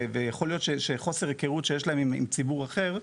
ויכול להיות שחוסר היכרות שיש להם עם ציבור אחר,